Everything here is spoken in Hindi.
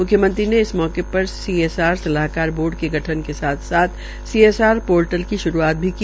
मुख्यमंत्री ने इस मौके र सीएसआर सलाहकार बोर्ड के गठन के साथ साथ सीएसआर शोर्टल की शुरूआत भी की